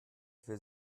will